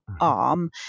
arm